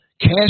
Cash